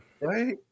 right